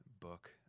book